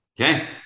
okay